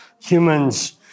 humans